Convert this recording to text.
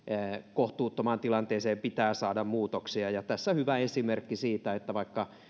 kohtuuttomaan tilanteeseen pitää saada muutoksia ja tässä on hyvä esimerkki siitä että vaikka